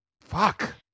fuck